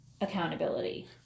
accountability